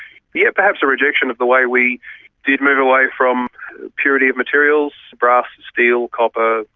yes, perhaps a rejection of the way we did move away from purity of materials, brass, steel, copper,